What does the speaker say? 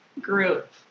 group